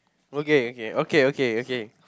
okay okay okay okay okay